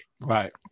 Right